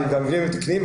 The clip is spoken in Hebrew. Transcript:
הם גם מבנים תקניים.